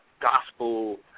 gospel